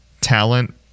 talent